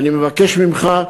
ואני מבקש ממך,